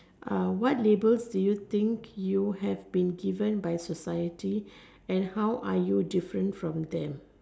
uh what labels do you think you have been given by society and how are you different from them